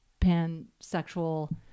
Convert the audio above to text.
pansexual